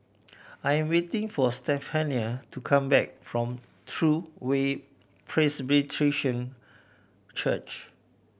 I am waiting for Stephania to come back from True Way Church